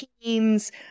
teams